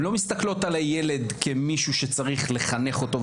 הן לא מסתכלות על הילד כעל מי שצריך לחנך אותו.